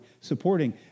supporting